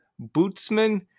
bootsman